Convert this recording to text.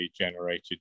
generated